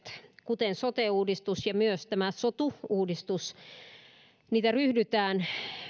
kuten sote uudistusta ja myös tätä sotu uudistusta ryhdytään